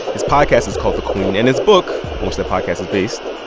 his podcast is called the queen. and his book, on which that podcast is based,